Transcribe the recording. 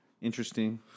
Interesting